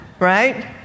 right